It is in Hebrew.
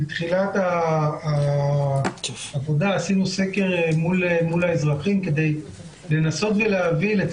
בתחילת העבודה עשינו סקר מול האזרחים כדי לנסות להבין את